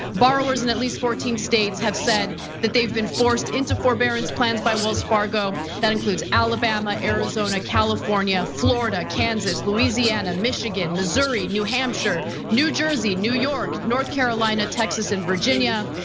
borrowers in at least fourteen states have said that they've been forced into forbearance plans by wells fargo. that includes alabama, arizona, california, florida, kansas, louisiana, michigan, missouri, new hampshire, new jersey, new york, north carolina, texas, and virginia.